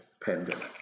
pandemic